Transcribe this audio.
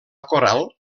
coral